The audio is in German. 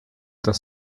das